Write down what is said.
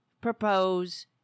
Propose